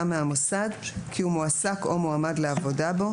מהמוסד כי הוא מועסק או מועמד לעבודה בו,